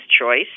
choice